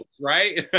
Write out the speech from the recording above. right